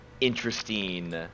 interesting